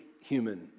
human